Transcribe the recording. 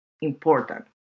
important